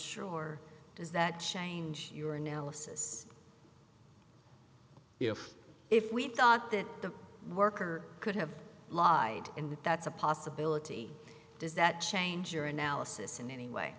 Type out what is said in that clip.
sure does that change your analysis if if we thought that the worker could have lied in that that's a possibility does that change your analysis in any way